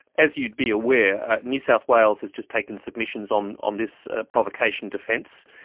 as you'd be aware, new south wales has just taken submissions on on this provocation defence,